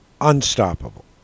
Unstoppable